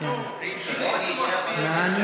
מעניין.